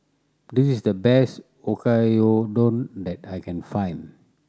this is the best Oyakodon that I can find